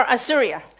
Assyria